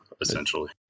essentially